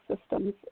systems